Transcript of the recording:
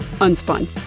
Unspun